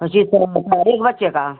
पचीस सौ एक बच्चे का